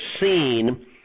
seen